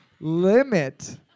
limit